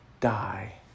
die